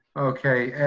okay.